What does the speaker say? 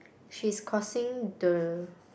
she's crossing the